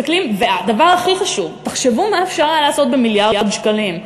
והדבר הכי חשוב: תחשבו מה אפשר היה לעשות במיליארד שקלים.